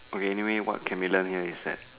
okay anyway what can be learnt here is that